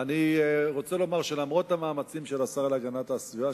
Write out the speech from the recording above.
ואני רוצה לומר שלמרות המאמצים של השר להגנת הסביבה,